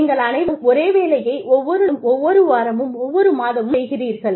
நீங்கள் அனைவரும் ஒரே வேலையை ஒவ்வொரு நாளும் ஒவ்வொரு வாரமும் ஒவ்வொரு மாதமும் செய்கிறீர்கள்